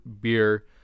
beer